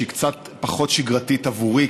שהיא קצת פחות שגרתית עבורי,